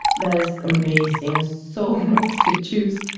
that is amazing, so much to choose.